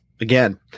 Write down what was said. again